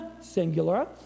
singular